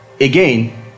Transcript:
again